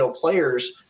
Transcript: players